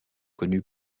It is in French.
connu